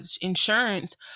insurance